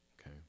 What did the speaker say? okay